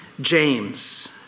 James